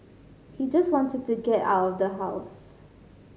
he just wanted to get out of the house